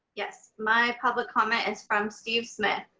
yes. my public comment is from steve smith.